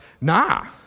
nah